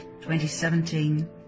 2017